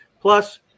Plus